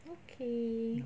okay